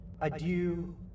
adieu